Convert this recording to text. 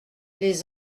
les